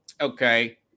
okay